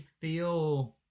feel